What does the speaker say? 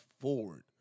forward